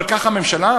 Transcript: אבל כך הממשלה?